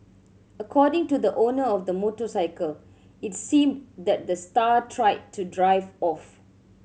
according to the owner of the motorcycle it seemed that the star tried to drive off